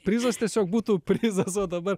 prizas tiesiog būtų prizas o dabar